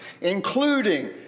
including